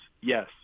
yes